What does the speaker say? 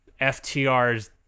FTR's